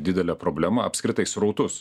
didelę problemą apskritai srautus